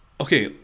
Okay